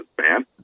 man